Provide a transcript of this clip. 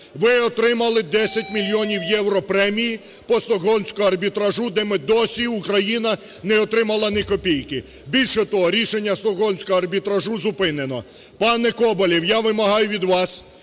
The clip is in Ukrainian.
Ви отримали 10 мільйонів євро премії по Стокгольмському арбітражу, де ми досі, Україна, не отримала ні копійки. Більше того, рішення Стокгольмського арбітражу зупинено. Пане Коболєв, я вимагаю від вас,